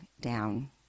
down